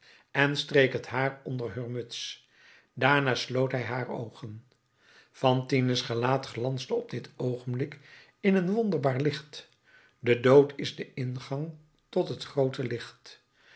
en streek het haar onder heur muts daarna sloot hij haar oogen fantine's gelaat glansde op dit oogenblik in een wonderbaar licht de dood is de ingang tot het groote licht